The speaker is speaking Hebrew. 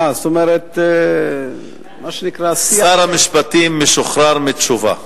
אה, מה שנקרא שיח, שר המשפטים משוחרר מתשובה.